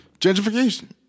gentrification